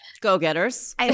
Go-getters